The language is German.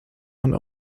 man